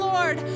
Lord